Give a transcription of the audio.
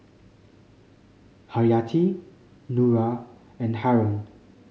Haryati Nura and Haron